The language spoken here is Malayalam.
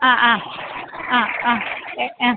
ആ ആ ആ ആ ഏഹ് ആ